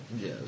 Yes